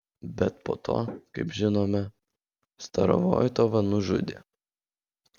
bet po to kaip žinome starovoitovą nužudė